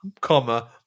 comma